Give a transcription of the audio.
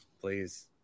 Please